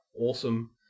awesome